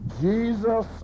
jesus